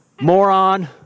Moron